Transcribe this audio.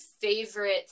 favorite